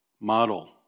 model